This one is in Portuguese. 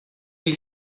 ele